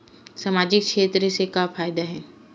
सामजिक क्षेत्र से का फ़ायदा हे?